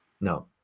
No